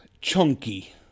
Chunky